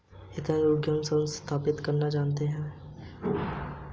ethnic उद्योगी स्वयं को स्थापित करना जानते हैं